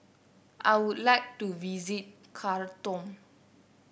I would like to visit Khartoum